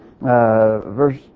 verse